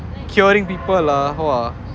curing people lah !wah!